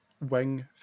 wing